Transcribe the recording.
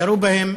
ירו בהם,